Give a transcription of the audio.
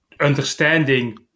Understanding